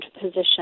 position